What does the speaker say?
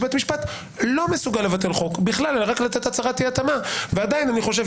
אם בית המשפט חושב שסגירת עיתון בסיטואציה